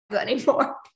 anymore